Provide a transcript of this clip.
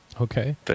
Okay